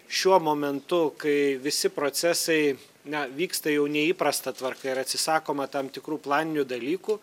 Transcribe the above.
šiuo momentu kai visi procesai na vyksta jau neįprasta tvarka ir atsisakoma tam tikrų planinių dalykų